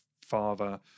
father